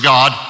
God